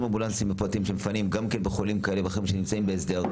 אמבולנסים פרטיים שמפנים חולים כאלה ואחרים שנמצאים בהסדר,